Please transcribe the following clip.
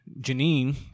Janine